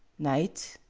night.